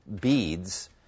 beads